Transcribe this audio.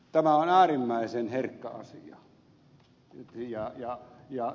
tämä on äärimmäisen herkkä asia